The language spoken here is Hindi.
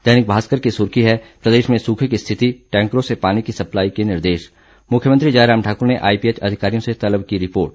दैनिक भास्कर की सुर्खी है प्रदेश में सूखे की स्थिति टैंकरों से पानी की सप्लाई के निर्देश मुख्यमंत्री जयराम ठाकुर ने आईपीएच अधिकारियों से तलब की रिपोर्ट